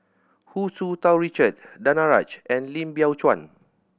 Hu Tsu Tau Richard Danaraj and Lim Biow Chuan